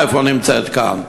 איפה נמצאת כאן,